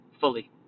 fully